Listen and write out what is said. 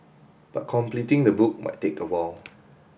but completing the book might take a while